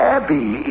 Abby